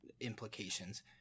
implications